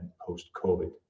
post-COVID